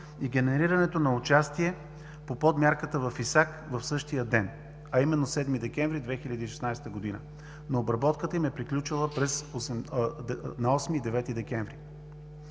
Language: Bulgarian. и генерирането на участие по подмярката в ИСАК в същия ден, а именно 7 декември 2016 г., но обработката им е приключила на 8 и 9 декември.